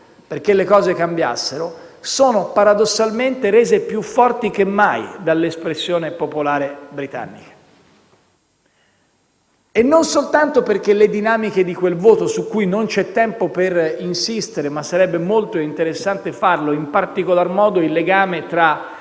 perché le cose cambiassero, sono paradossalmente rese più forti che mai dall'espressione popolare britannica. E non soltanto per le dinamiche di quel voto, su cui non c'è tempo per insistere sebbene sarebbe molto interessante farlo. Mi riferisco in particolar modo al legame tra